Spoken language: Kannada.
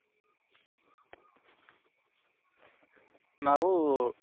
ನಾವು